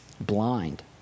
blind